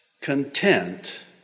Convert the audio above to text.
content